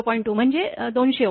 2 म्हणजे 200 व्होल्ट